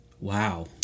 Wow